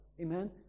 Amen